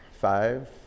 Five